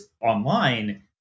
online